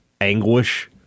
anguish